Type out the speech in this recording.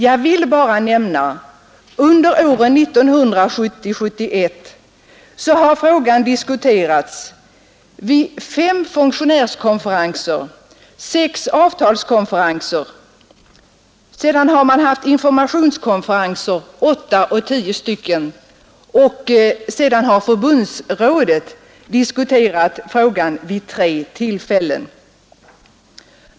Jag vill bara nämna att frågan åren 1970 och 1971 diskuterades vid fem funktionärskonferenser och vid sex avtalskonferenser. Det har varit minst åtta informationskonferenser, och förbundsrådet har behandlat frågan vid tre tillfällen.